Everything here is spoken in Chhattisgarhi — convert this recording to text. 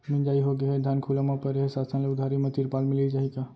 मिंजाई होगे हे, धान खुला म परे हे, शासन ले उधारी म तिरपाल मिलिस जाही का?